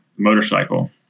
motorcycle